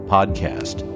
Podcast